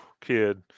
kid